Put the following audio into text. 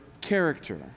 character